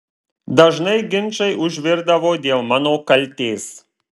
dažnai ginčai užvirdavo dėl mano kaltės